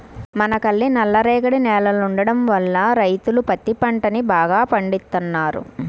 మనకల్లి నల్లరేగడి నేలలుండటం వల్ల రైతులు పత్తి పంటని బాగా పండిత్తన్నారు